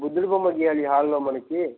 బుద్ధుడు బొమ్మ గీయాలి హాల్లో మనకు